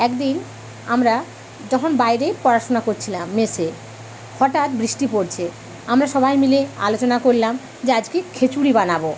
একদিন আমরা যখন বাইরে পড়াশোনা করছিলাম মেসে হঠাৎ বৃষ্টি পরছে আমরা সবাই মিলে আলোচনা করলাম যে আজকে খিচুড়ি বানাবো